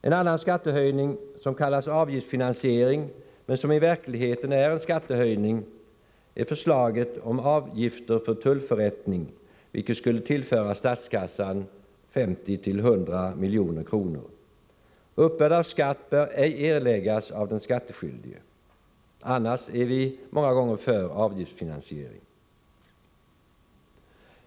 En annan skattehöjning, som kallas avgiftsfinansiering, men som i verkligheten är en skattehöjning, är förslaget om avgifter för tullförrättning, vilket skulle tillföra statskassan 50-100 milj.kr. Uppbörd av skatt bör ej erläggas av den skattskyldige. Annars är vi många gånger för avgiftsfinansiering.